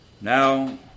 Now